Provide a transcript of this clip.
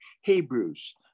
Hebrews